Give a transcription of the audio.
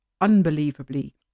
unbelievably